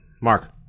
Mark